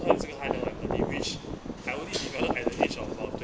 so 她这个 high level empathy which I only developed at the age of about twenty